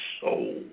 soul